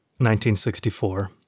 1964